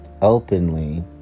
openly